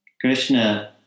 Krishna